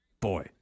boy